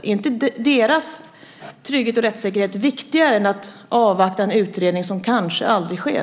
Är inte deras trygghet och rättssäkerhet viktigare än att avvakta en utredning som kanske aldrig sker?